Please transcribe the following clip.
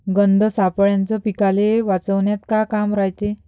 गंध सापळ्याचं पीकाले वाचवन्यात का काम रायते?